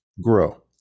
grow